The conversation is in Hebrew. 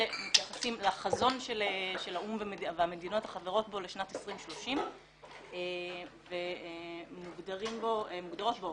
מתייחסים לחזון של האו"ם והמדינות החברות בו לשנת 2030. מוגדרות בו